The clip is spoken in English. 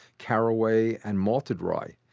caraway, and malted rye,